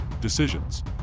decisions